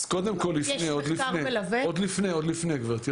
עוד לפני, גבירתי.